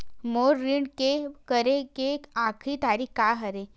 मोर ऋण के करे के आखिरी तारीक का हरे?